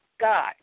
God